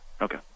Okay